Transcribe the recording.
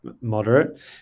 moderate